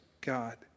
God